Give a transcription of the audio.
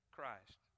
Christ